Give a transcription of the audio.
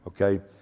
Okay